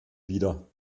wieder